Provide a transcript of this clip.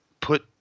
put –